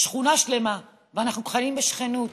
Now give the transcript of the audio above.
שכונה שלמה, ואנחנו חיים בשכנות,